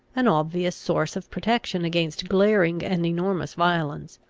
an obvious source of protection against glaring and enormous violence.